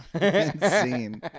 Insane